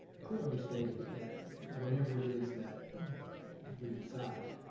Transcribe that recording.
clearly stated that whatever it is that we decide,